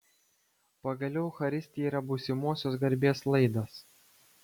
pagaliau eucharistija yra būsimosios garbės laidas